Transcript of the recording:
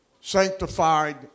sanctified